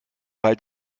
halt